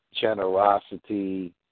generosity